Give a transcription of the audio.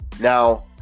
Now